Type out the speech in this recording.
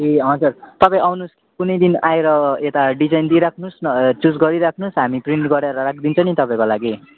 ए हजुर तपाईँ आउनुहोस् कुनै दिन आएर यता डिजाइन दिइराख्नुहोस् न चुज गरिराख्नुहोस् हामी प्रिन्ट गराएर राखिदिन्छ नि तपाईँको लागि